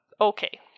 Okay